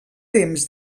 temps